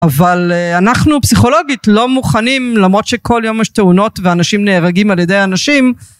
אבל א...אנחנו פסיכולוגית, לא מוכנים, למרות שכל יום יש תאונות, ואנשים נהרגים על ידי אנשים,